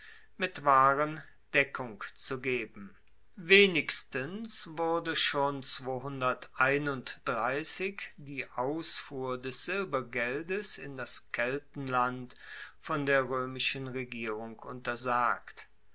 mit waren deckung zu geben wenigstens wurde schon die ausfuhr des silbergeldes in das keltenland von der roemischen regierung untersagt